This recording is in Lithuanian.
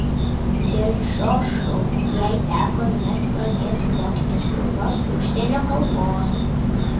dėl šio šou jai teko net pradėti mokytis naujos užsienio kalbos